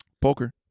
Poker